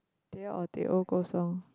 teh or Teh O kosong